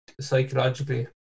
psychologically